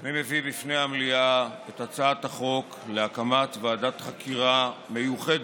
אני מביא בפני המליאה את הצעת החוק להקמת ועדת חקירה מיוחדת